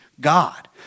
God